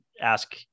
ask